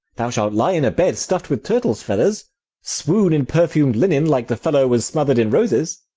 thou shalt lie in a bed stuffed with turtle's feathers swoon in perfumed linen, like the fellow was smothered in roses.